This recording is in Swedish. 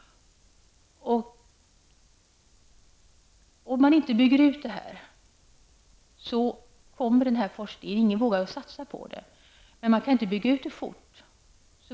Om man inte bygger ut det här, kommer ingen att våga satsa på sådan forskning. Men man kan inte bygga ut det fort.